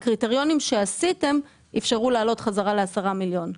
הקריטריונים שעשיתם אפשרו לעלות חזרה ל-10 מיליון.